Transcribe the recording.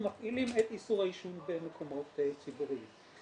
מפעילים את איסור העישון במקומות ציבוריים".